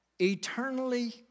eternally